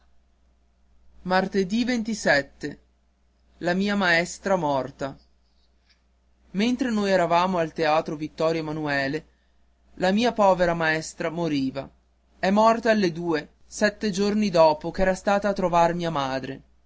superbi la mia maestra morta ad entre noi eravamo al teatro vittorio emanuele la mia povera maestra moriva è morta alle due sette giorni dopo ch'era stata a trovar mia madre